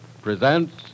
presents